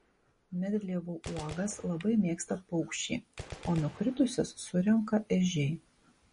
medlievų uogas labai mėgsta paukščiai o nukritusias surenka ežiai